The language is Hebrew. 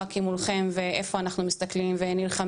או לשחוק אותו ככה שהוא ילך וידעך עד היעלמות.